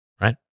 Right